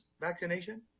vaccination